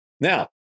Now